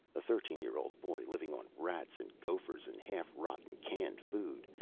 a thirteen year old boy, living on rats and gophers and half-rotten canned food.